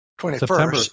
September